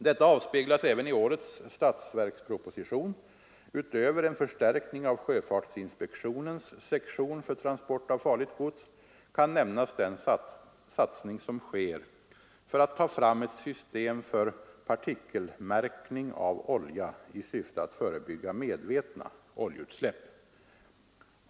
Detta avspeglas även i årets statsverksproposition. Utöver en förstärkning av sjöfartsinspektionens sektion för transport av farligt gods kan nämnas den satsning som sker för att ta fram ett system för partikelmärkning av olja i syfte att förebygga medvetna oljeutsläpp.